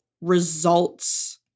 results